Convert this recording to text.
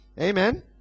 Amen